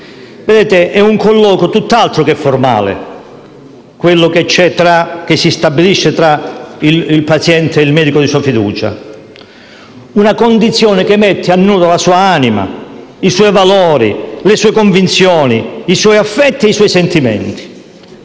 ostili. È un colloquio tutt'altro che formale quello che si stabilisce tra il paziente e il medico di sua fiducia, una condizione che mette a nudo la sua anima, i suoi valori, le sue convinzioni, i suoi affetti e i suoi sentimenti.